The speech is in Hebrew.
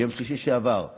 ביום שלישי בשבוע שעבר,